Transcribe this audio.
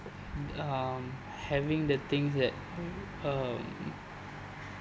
um having the things that um